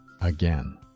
again